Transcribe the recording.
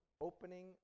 opening